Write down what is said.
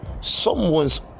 Someone's